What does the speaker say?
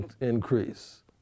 increase